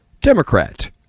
Democrat